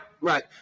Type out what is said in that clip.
right